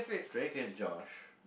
drake-and-josh